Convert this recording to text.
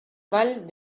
vall